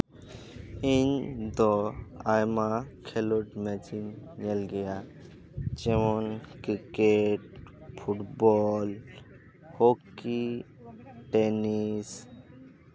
ᱤᱧ ᱫᱚ ᱟᱭᱢᱟ ᱠᱷᱮᱞᱳᱰ ᱢᱮᱪᱤᱧ ᱧᱮᱞ ᱜᱮᱭᱟ ᱡᱮᱢᱚᱱ ᱠᱨᱤᱠᱮᱴ ᱯᱷᱩᱴᱵᱚᱞ ᱦᱚᱠᱤ ᱴᱮᱱᱤᱥ